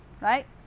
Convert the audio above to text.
right